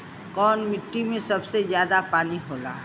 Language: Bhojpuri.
कौन मिट्टी मे सबसे ज्यादा पानी होला?